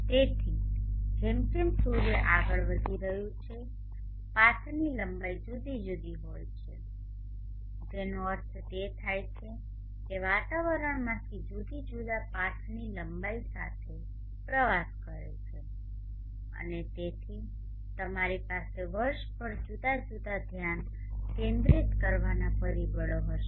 તેથી જેમ જેમ સૂર્ય આગળ વધી રહ્યો છે પાથની લંબાઈ જુદી જુદી હોય છે જેનો અર્થ તે થાય છે કે તે વાતાવરણમાંથી જુદા જુદા પાથની લંબાઈ સાથે પ્રવાસ કરે છે અને તેથી તમારી પાસે વર્ષભર જુદા જુદા ધ્યાન કેન્દ્રિત કરવાના પરિબળો હશે